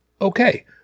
Okay